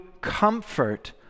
comfort